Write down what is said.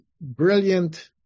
brilliant